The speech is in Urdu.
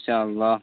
ان شاء اللہ